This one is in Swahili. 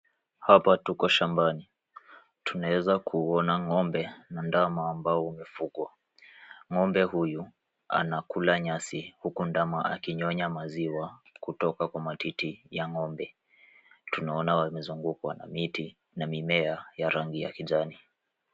Hapa tuko shambani. Tunaweza kuona ng'ombe na ndama ambao wamefugwa. Ng'ombe huyu anakula nyasi huku ndama akinyonya maziwa kutoka kwa matiti ya ng'ombe. Tunaona wamezungukwa na miti na mimea ya rangi ya kijani.